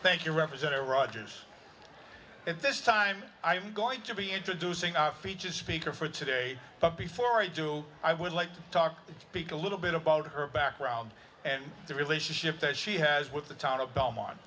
thank you representative rogers at this time i am going to be introducing our featured speaker for today but before i do i would like to talk a little bit about her background and the relationship that she has with the town of belmont